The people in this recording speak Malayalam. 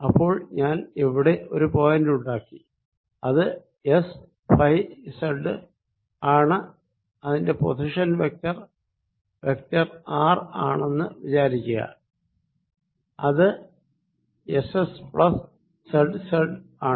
അപ്പോൾ ഞാൻ ഇവിടെ ഒരു പോയിന്റ് ഉണ്ടാക്കി അത് എസഫൈസെഡ് ആണ് അതിന്റെ പൊസിഷൻ വെക്ടർ വെക്ടർ ആർ ആണെന്ന് വിചാരിക്കുക അത് S S plus Z Z ആണ്